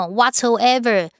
Whatsoever